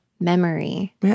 memory